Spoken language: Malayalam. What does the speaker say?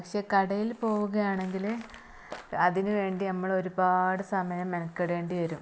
പക്ഷേ കടയിൽ പോവുകയാണെങ്കിൽ അതിന് വേണ്ടി നമ്മൾ ഒരുപാട് സമയം മിനക്കെടേണ്ടി വരും